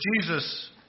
Jesus